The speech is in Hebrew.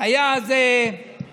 היה אז וייס.